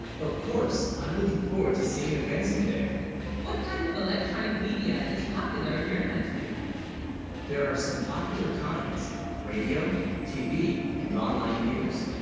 of course i'm looking forward to seeing, again, someday what kind of electronic media is popular in your country there are some popular kinds radio tv and online news?